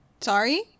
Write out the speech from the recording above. sorry